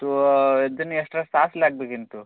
তো এর জন্যে এক্সট্রা চার্জ লাগবে কিন্তু